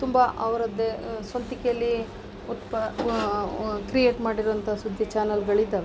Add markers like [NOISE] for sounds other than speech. ತುಂಬ ಅವರದ್ದೇ ಸ್ವಂತಿಕೆಯಲ್ಲಿ ಉತ್ಪ [UNINTELLIGIBLE] ಕ್ರಿಯೇಟ್ ಮಾಡಿರುವಂಥ ಸುದ್ದಿ ಚಾನಲ್ಗಳಿದ್ದಾವೆ